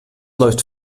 läuft